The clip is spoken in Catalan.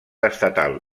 estatal